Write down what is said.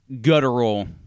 guttural